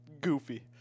goofy